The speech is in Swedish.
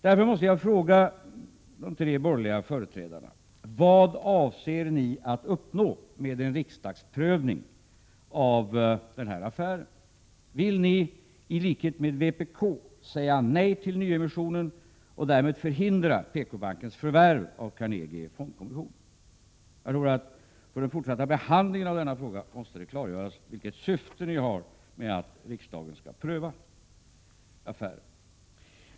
Därför måste jag fråga de tre borgerliga företrädarna: Vad avser ni att uppnå med en riksdagsprövning av denna affär? Vill ni, i likhet med vpk, säga nej till nyemissionen och därmed förhindra PKbankens förvärv av Carnegie Fondkommission? För den fortsatta behandlingen av denna fråga måste det klargöras vilket syfte ni har med att riksdagen skall pröva affären.